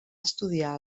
estudiar